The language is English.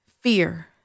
Fear